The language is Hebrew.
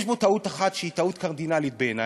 יש בו טעות אחת שהיא טעות קרדינלית בעיני,